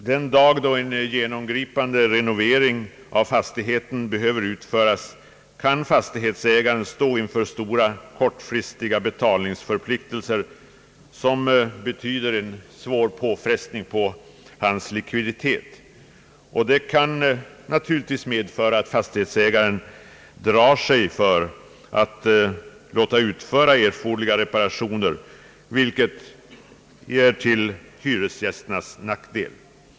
Den dag då en genomgripande renovering av fastigheten behöver utföras kan fastighetsägaren stå inför stora kortfristiga betalningsförpliktelser, som betyder en svår påfrestning på hans likviditet. Det kan naturligtvis medföra att fastighetsägaren drar sig för att låta utföra erforderliga reparationer, vilket är till hyresgästernas nackdel.